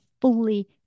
fully